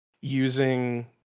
using